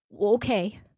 okay